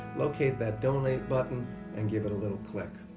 locate that donate button and give it a little click.